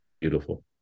beautiful